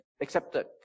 accepted